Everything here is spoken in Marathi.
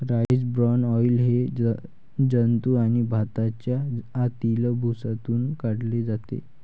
राईस ब्रान ऑइल हे जंतू आणि भाताच्या आतील भुसातून काढले जाते